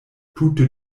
tute